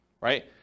right